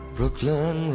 Brooklyn